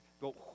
go